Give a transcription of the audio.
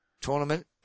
Tournament